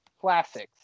Classics